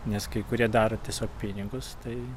nes kai kurie daro tiesiog pinigus tai